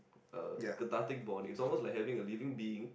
uh cathartic bond it's almost like having a living being